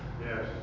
Yes